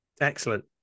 Excellent